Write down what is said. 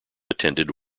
attended